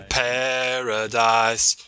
paradise